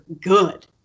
good